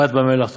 פת במלח תאכל,